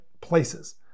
places